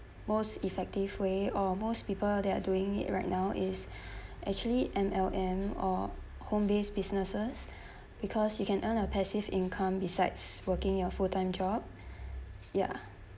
most effective way or most people they are doing it right now is actually M_L_M or home-based businesses because you can earn a passive income besides working your full-time job ya